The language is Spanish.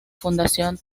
fundación